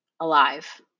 alive